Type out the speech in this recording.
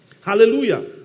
Hallelujah